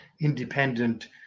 independent